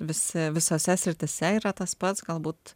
visi visose srityse yra tas pats galbūt